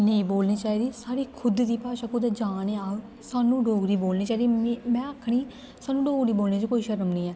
नेईं बोलनी चाहिदी साढ़ी खुद दी भाशा कुतै जाने अस सानूं डोगरी बोलनी चाहिदी में में आखनी सानूं डोगरी बोलने च कोई शरम निं ऐ